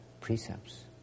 precepts